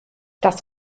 das